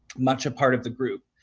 much a part of the group.